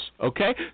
Okay